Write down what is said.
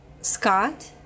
Scott